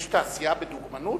יש תעשייה בדוגמנות?